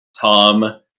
Tom